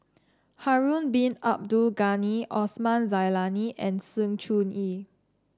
Harun Bin Abdul Ghani Osman Zailani and Sng Choon Yee